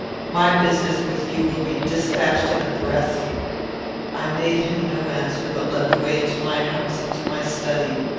my business with you will be despatched in a breath i made him no answer, but led the way into my house, and to my study.